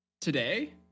Today